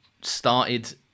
started